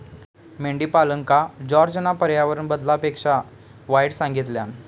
मेंढीपालनका जॉर्जना पर्यावरण बदलापेक्षा वाईट सांगितल्यान